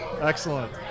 excellent